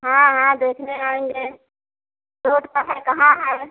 हाँ हाँ देखने आएंगे रोड पर है कहाँ है